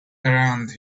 around